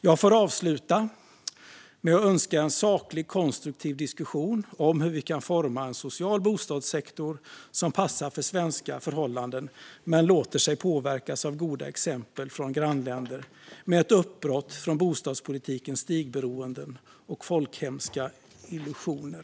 Jag vill avsluta med att önska en saklig och konstruktiv diskussion om hur vi kan forma en social bostadssektor som passar för svenska förhållanden men som låter sig påverkas av goda exempel från grannländer och med ett uppbrott från bostadspolitikens stigberoenden och folkhemska illusioner.